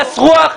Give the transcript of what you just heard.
גס רוח,